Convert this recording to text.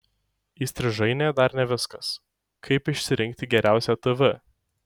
įstrižainė dar ne viskas kaip išsirinkti geriausią tv